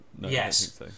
yes